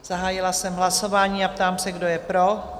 Zahájila jsem hlasování a ptám se, kdo je pro?